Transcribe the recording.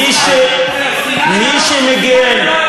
מי שמגן,